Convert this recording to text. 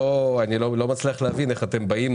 אני לא מצליח להבין איך אתם באים,